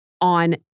on